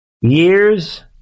years